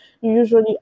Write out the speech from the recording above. usually